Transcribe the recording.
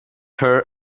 her